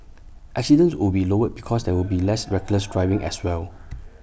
accidents would be lowered because there will be less reckless driving as well